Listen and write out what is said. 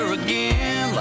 again